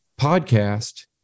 podcast